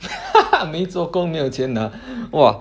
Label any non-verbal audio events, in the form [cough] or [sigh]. [laughs] 没做工没有钱拿 !wah!